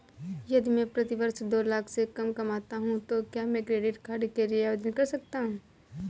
यदि मैं प्रति वर्ष दो लाख से कम कमाता हूँ तो क्या मैं क्रेडिट कार्ड के लिए आवेदन कर सकता हूँ?